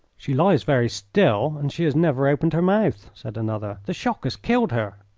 she lies very still and she has never opened her mouth, said another. the shock has killed her.